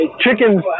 Chickens